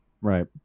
Right